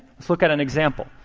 let's look at an example.